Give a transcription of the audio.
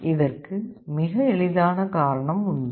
இதற்கு மிக எளிதான காரணம் உண்டு